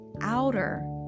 outer